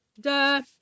Duh